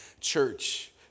church